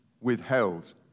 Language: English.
withheld